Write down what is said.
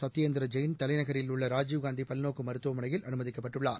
சத்யேந்திர ஜெயின் தலைநகரில் உள்ள ராஜீவ்காந்தி பல்நோக்கு மருத்துவமனையில் அனுமதிக்கப்பட்டுள்ளார்